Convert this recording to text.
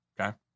okay